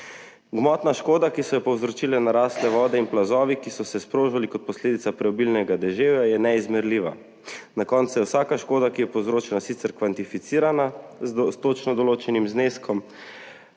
Gmotna škoda, ki so jo povzročile narasle vode in plazovi, ki so se sprožili kot posledica preobilnega deževja, je neizmerljiva. Na koncu je vsaka škoda, ki je povzročena, sicer kvantificirana s točno določenim zneskom,